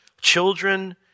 children